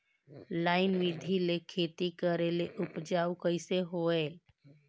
Line बिधी ले खेती करेले उपजाऊ कइसे होयल?